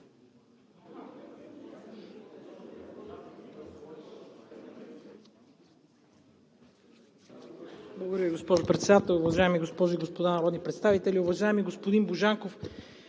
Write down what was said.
Благодаря Ви, госпожо Председател. Уважаеми госпожи и господа народни представители! Уважаеми господин Божанков,